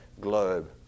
globe